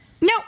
No